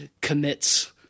commits